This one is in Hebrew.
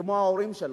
כמו להורים שלנו,